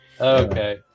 okay